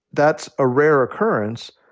that's a rare occurrence,